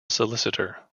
solicitor